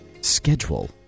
schedule